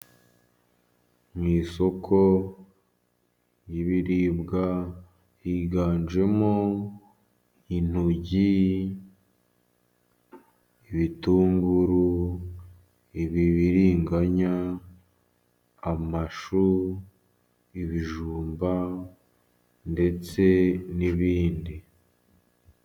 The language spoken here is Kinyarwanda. Mu isoko ry'ibiribwa, higanjemo intoryi, ibitunguru, ibibiriganya, amashu, ibijumba, ndetse n'ibindi.